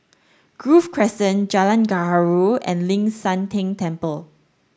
Grove Crescent Jalan Gaharu and Ling San Teng Temple